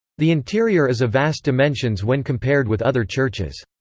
the interior is of vast dimensions when compared with other churches.